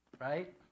Right